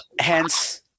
Hence